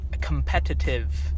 competitive